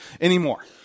anymore